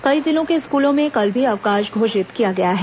कई जिलों के स्कूलों में कल भी अवकाश घोषित किया गया है